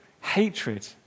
hatred